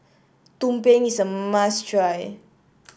Tumpeng is a must try